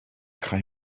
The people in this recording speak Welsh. cau